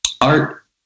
Art